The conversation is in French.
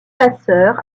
passeur